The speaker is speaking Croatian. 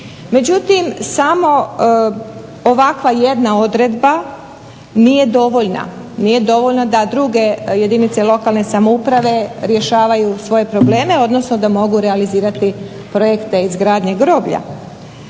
Međutim, samo ovakva jedna odredba nije dovoljna da druge jedinice lokalne samouprave rješavaju svoje probleme, odnosno da mogu realizirati projekte izgradnje groblje.